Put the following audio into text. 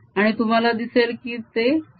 आणि तुम्हाला दिसेल की ते 0